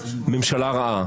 ממשלה רעה.